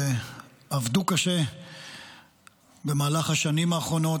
שעבדו קשה במהלך השנים האחרונות,